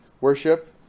worship